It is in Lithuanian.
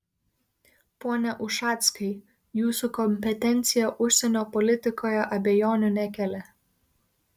pone ušackai jūsų kompetencija užsienio politikoje abejonių nekelia